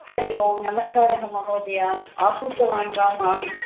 हरिः ओं नमस्कारः महोदय आहूतवान् वा माम्